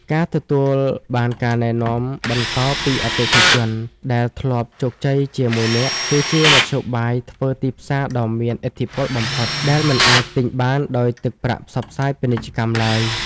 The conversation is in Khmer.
ការទទួលបានការណែនាំបន្តពីអតិថិជនដែលធ្លាប់ជោគជ័យជាមួយអ្នក គឺជាមធ្យោបាយធ្វើទីផ្សារដ៏មានឥទ្ធិពលបំផុត ដែលមិនអាចទិញបានដោយទឹកប្រាក់ផ្សព្វផ្សាយពាណិជ្ជកម្មឡើយ។